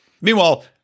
Meanwhile